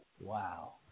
Wow